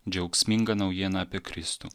džiaugsmingą naujieną apie kristų